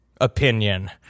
opinion